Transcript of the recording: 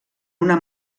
una